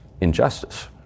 Injustice